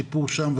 סיפור שם.